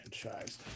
Franchise